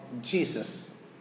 Jesus